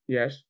Yes